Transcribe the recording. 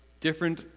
different